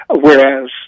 whereas